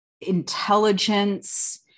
intelligence